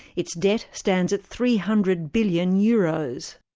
its debt stands at three hundred billion euros.